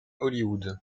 hollywood